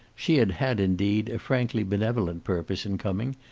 she had had, indeed, a frankly benevolent purpose in coming,